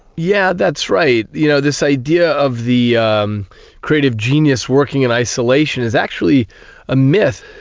yeah that's right. you know this idea of the um creative genius working in isolation is actually a myth.